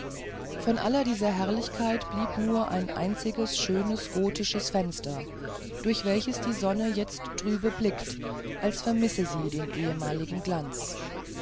von aller dieser herrlichkeit blieb nur ein einziges schönes gotisches fenster durch welches die sonne jetzt trübe blickt als vermisse sie den ehemaligen glanz